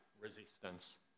resistance